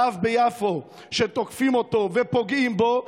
רב ביפו שתוקפים אותו ופוגעים בו,